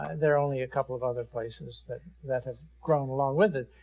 ah there are only a couple of other places that that have grown along with it.